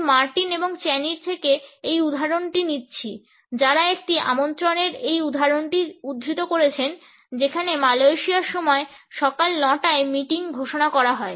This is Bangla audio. আমি মার্টিন এবং চ্যানির থেকে এই উদাহরণটি নিচ্ছি যারা একটি আমন্ত্রণের এই উদাহরণটি উদ্ধৃত করেছেন যেখানে মালয়েশিয়ার সময় সকাল 9 টায় মিটিং ঘোষণা করা হয়